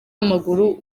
w’amaguru